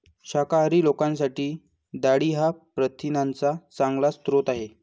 शाकाहारी लोकांसाठी डाळी हा प्रथिनांचा चांगला स्रोत आहे